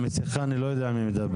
עם מסכה אני לא יודע מי מדבר.